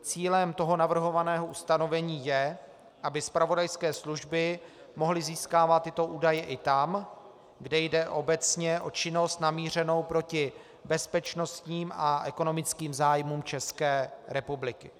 Cílem navrhovaného ustanovení je, aby zpravodajské služby mohly získávat tyto údaje i tam, kde jde obecně o činnost namířenou proti bezpečnostním a ekonomickým zájmům České republiky.